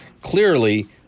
Clearly